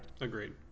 agreed